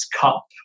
cup